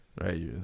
right